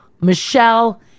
Michelle